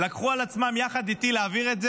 חנית על המדרכה בירושלים בלילה יחד עם הרמ"ט שלך,